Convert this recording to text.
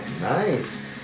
Nice